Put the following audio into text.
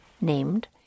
named